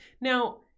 Now